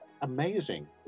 amazing